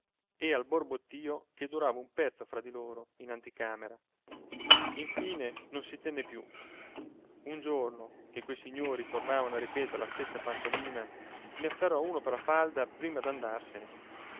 e al borbottìo che durava un pezzo fra di loro in anticamera infine non si tenne più un giorno che quei signori tornavano a ripetere la stessa pantomima ne afferrò uno per la falda prima d'andarsene